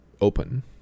open